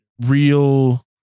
real